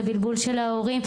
הבלבול של ההורים.